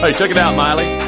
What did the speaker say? ah check it out miley